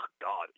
God